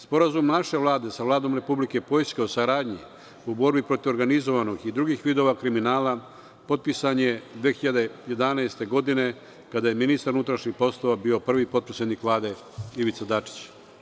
Sporazum naše Vlade sa Vladom Republike Poljske o saradnji u borbi protiv organizovanog i drugih vidova kriminala potpisan je 2011. godine kada je ministar unutrašnjih poslova bio prvi potpredsednik Vlade, Ivica Dačić.